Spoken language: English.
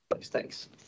Thanks